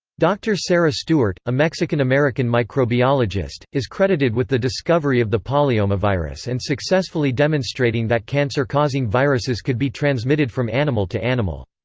dr. sarah stewart, a mexican-american microbiologist, is credited with the discovery of the polyomavirus and successfully demonstrating that cancer causing viruses could be transmitted from animal to animal.